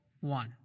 one